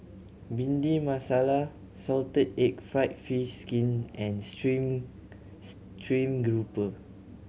Bhindi Masala salted egg fried fish skin and stream stream grouper